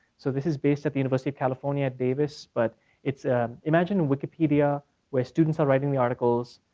so this is based at the university of california at davis, but it's imagine wikipedia where students are writing the articles,